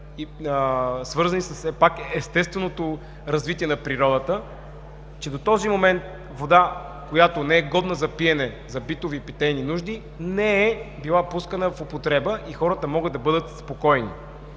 все пак с естественото развитие на природата, че до този момент вода, която не е годна за пиене за битови и питейни нужди, не е била пускана в употреба и хората могат да бъдат спокойни.